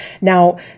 Now